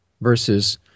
versus